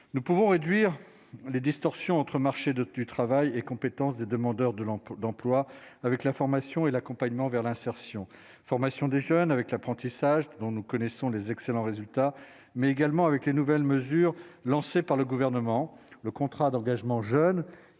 nous pouvons réduire les distorsions entre marché de travail et compétences des demandeurs de d'emploi avec la formation et l'accompagnement vers l'insertion, formation des jeunes avec l'apprentissage dont nous connaissons les excellents résultats mais également avec les nouvelles mesures lancées par le gouvernement, le contrat d'engagement jeune